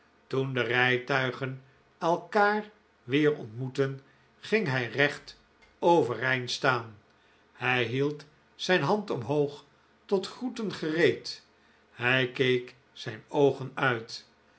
toen de rijtuigen elkaar weer ontmoetten ging hij recht overeind staan hij hield zijn hand omhoog tot groeten gereed hij keek zijn oogen uit